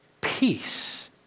Peace